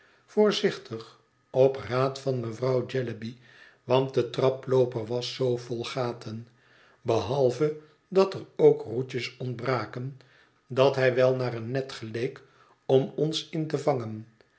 voorzichtig op raad van mevrouw jellyby want de traplooper was zoo vol gaten behalve dat er ook roodjes ontbraken dat hij wel naar een net geleek om ons in te vangen